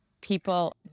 people